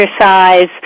exercise